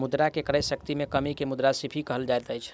मुद्रा के क्रय शक्ति में कमी के मुद्रास्फीति कहल जाइत अछि